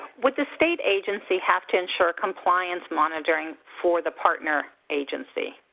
would the state agency have to ensure compliance monitoring for the partner agency?